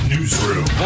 Newsroom